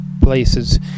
places